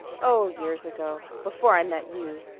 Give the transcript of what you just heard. oh, years ago before i met you.